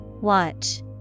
Watch